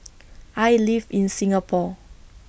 I live in Singapore